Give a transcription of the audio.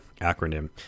acronym